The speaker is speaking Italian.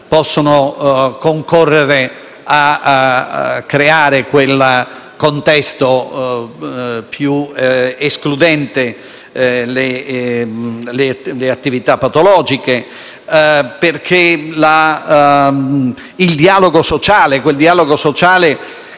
possono concorrere a creare quel contesto più escludente le attività patologiche. Il dialogo sociale si è svolto soltanto